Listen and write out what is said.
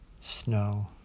snow